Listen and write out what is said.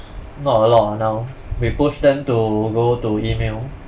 not a lot ah now we push them to go to email